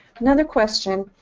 another question.